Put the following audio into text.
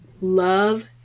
Love